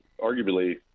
arguably –